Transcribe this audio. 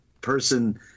person